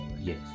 Yes